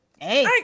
hey